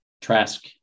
Trask